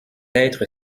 être